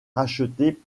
racheté